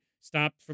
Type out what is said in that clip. stop